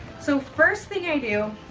so first thing i do